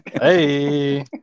Hey